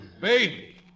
Baby